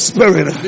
Spirit